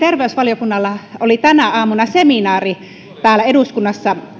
terveysvaliokunnalla oli tänä aamuna seminaari täällä eduskunnassa